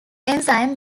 enzyme